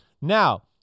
now